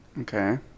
Okay